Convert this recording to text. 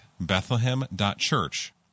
Bethlehem.Church